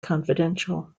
confidential